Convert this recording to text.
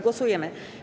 Głosujemy.